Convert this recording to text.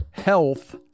health